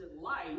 life